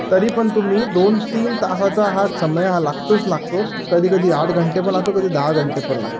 तरी पण तुम्ही दोन तीन तासाच्या हा समय लागतोच लागतो कधी कधी आठ घंटे पण लागतो कधी दहा घंटे पण लागतो